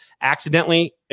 Accidentally